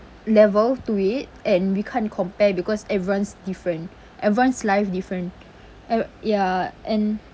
level to it and we can't compare because everyone's different everyone's life different ya and